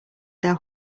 their